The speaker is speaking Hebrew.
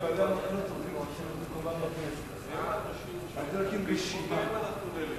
בהתנצלות כתוצאה מיציאת מערכת הרמקולים מיכולת פעולה,